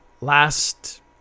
last